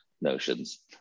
notions